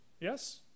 Yes